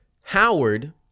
Howard